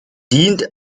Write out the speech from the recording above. dient